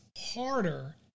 harder